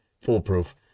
foolproof